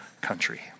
country